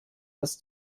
das